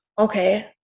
okay